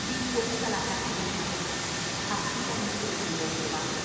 di pues á la casa de israel así ha dicho el señor jehová